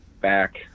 back